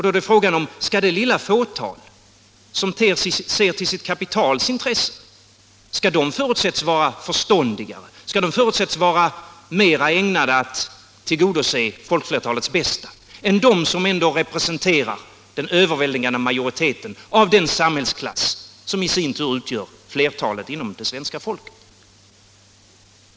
Då är frågan: Skall det lilla fåtal som ser till sitt kapitals intressen förutsättas vara förståndigare, mera ägnade att tillgodose folkflertalets bästa, än de som ändå representerar den överväldigande majoriteten av den samhällsklass som i sin tur utgör flertalet inom det svenska folket?